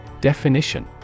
Definition